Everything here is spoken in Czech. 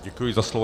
Děkuji za slovo.